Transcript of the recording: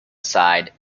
side